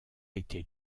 été